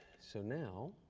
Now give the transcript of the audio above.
so now